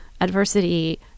adversity